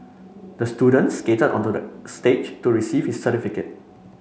the student skated onto the stage to receive his certificate